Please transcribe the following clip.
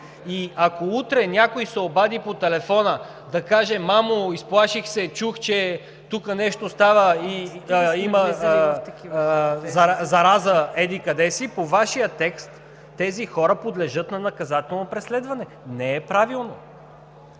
и ако утре някой се обади по телефона да каже: „Мамо, изплаших се! Чух, че тук нещо става и има зараза еди-къде си“, по Вашия текст тези хора подлежат на наказателно преследване. Не е правилно.